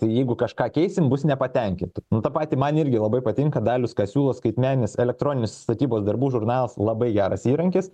tai jeigu kažką keisim bus nepatenkintų tą patį man irgi labai patinka dalius ką siūlo skaitmeninis elektroninis statybos darbų žurnalas labai geras įrankis